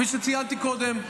כפי שציינתי קודם,